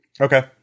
Okay